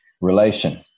relation